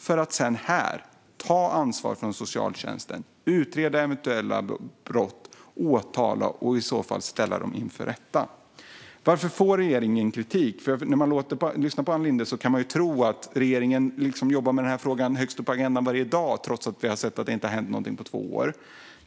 Här kan sedan socialtjänsten ta ansvar, och eventuella brott kan utredas och åtal väckas så att de i så fall kan ställas inför rätta. Varför får regeringen kritik? När man lyssnar på Ann Linde kan man tro att regeringen har denna fråga högst upp på agendan varje dag, trots att vi har sett att det inte har hänt något på två år.